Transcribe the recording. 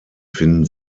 finden